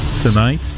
tonight